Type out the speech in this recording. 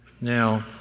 Now